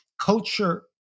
culture